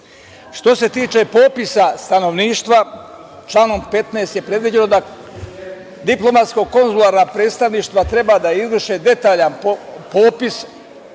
se tiče popisa stanovništva članom 15. je predviđeno da diplomatsko konzularna predstavništva treba da izvrše detaljan popis